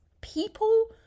people